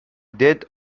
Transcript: did